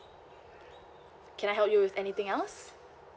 can I help you with anything else